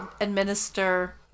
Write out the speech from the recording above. administer